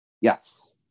Yes